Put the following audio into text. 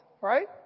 right